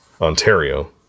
Ontario